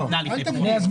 אל תגביל.